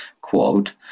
quote